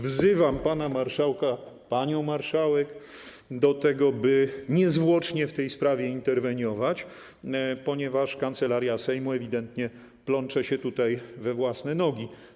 Wzywam pana marszałka, panią marszałek do tego, by niezwłocznie w tej sprawie interweniować, ponieważ Kancelaria Sejmu ewidentnie plącze się tutaj we własne nogi.